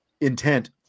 intent